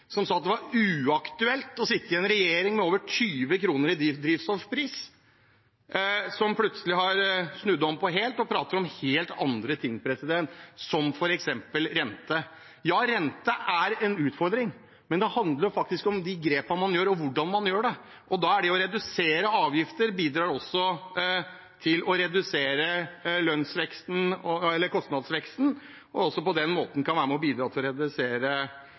som sa at det var uaktuelt å sitte i en regjering hvis drivstoffprisen var over 20 kr, plutselig har snudd helt om og prater om helt andre ting, som f.eks. renten. Ja, renten er en utfordring, men det handler om de grepene man tar, og hvordan man tar dem. Da vil det å redusere avgifter bidra til å redusere kostnadsveksten, og på den måten bidra til å redusere faren for renteøkning, osv. Men det handler om vilje til å